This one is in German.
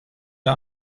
der